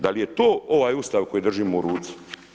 Da li je to ovaj Ustav koji držimo u ruci?